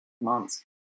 months